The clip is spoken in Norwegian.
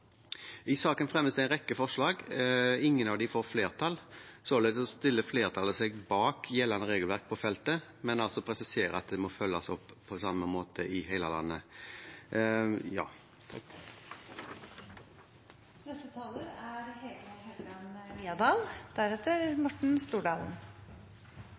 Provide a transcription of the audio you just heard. I saken fremmes det en rekke forslag. Ingen av dem får flertall. Således stiller flertallet seg bak gjeldende regelverk på feltet, men presiserer altså at det må følges opp på samme måte i hele landet.